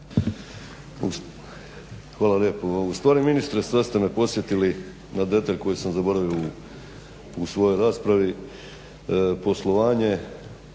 Hvala lijepo. Ustvari ministre sada ste me podsjetili na detalj koji sam zaboravio u svojoj raspravi, poslovanje